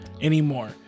anymore